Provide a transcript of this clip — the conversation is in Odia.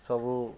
ସବୁ